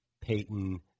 Peyton